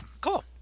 Cool